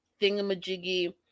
thingamajiggy